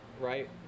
right